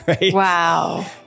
Wow